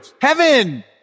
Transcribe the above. heaven